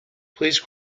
please